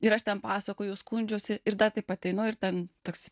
ir aš ten pasakoju skundžiuosi ir dar taip ateinu ir ten toks